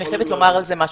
אני חייבת לומר על זה משהו,